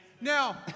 Now